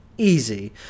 Easy